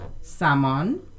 salmon